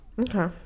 Okay